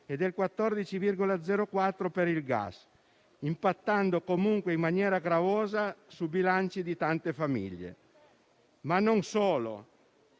e del 14,04 per il gas, impattando comunque in maniera gravosa sui bilanci di tante famiglie, ma non solo.